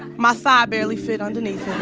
my thigh barely fit underneath